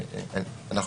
בכל מקרה,